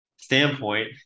standpoint